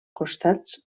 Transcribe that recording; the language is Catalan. costats